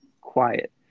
quiet